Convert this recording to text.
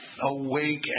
awake